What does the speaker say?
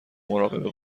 مراقب